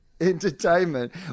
entertainment